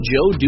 Joe